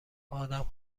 آدم